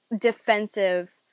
defensive